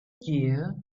year